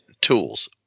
tools